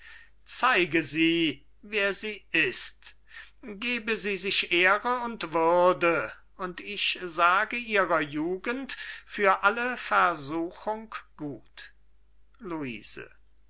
zeige sie wer sie ist gebe sie sich ehre und würde und ich sage ihrer jugend für alle versuchung gut luise